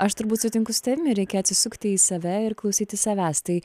aš turbūt sutinku su tavim reikia atsisukti į save ir klausytis savęs tai